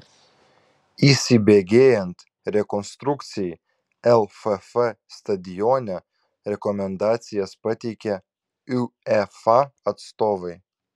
įsibėgėjant rekonstrukcijai lff stadione rekomendacijas pateikė uefa atstovai